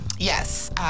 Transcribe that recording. Yes